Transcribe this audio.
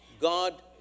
God